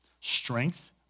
strength